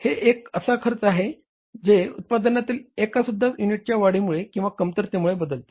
हे एक असा खर्च आहे जे उत्पादनातील एकसुद्धा युनिटच्या वाढीमुळे किंवा कमतरतेमुळे बदलते